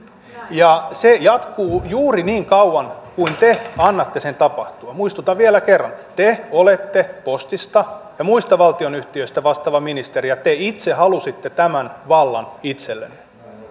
ja se jatkuu juuri niin kauan kuin te annatte sen tapahtua muistutan vielä kerran te olette postista ja muista valtionyhtiöistä vastaava ministeri ja te itse halusitte tämän vallan itsellenne